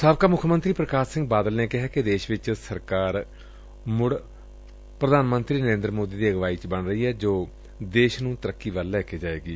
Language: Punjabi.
ਸਾਬਕਾ ਮੁੱਖ ਮੰਤਰੀ ਪ੍ਰਕਾਸ਼ ਸਿੰਘ ਬਾਦਲ ਨੇ ਕਿਹਾ ਕਿ ਦੇਸ਼ ਵਿਚ ਸਰਕਾਰ ਮੁੁ ਪ੍ਰਧਾਨ ਮੰਤਰੀ ਨਰੇਦਰ ਮੋਦੀ ਦੀ ਅਗਵਾਈ ਵਿਚ ਬਣ ਰਹੀ ਏ ਜੋ ਦੇਸ਼ ਨੂੰ ਤਰੱਕੀ ਵੱਲ ਲੈ ਕੇ ਜਾਵੇਗੀ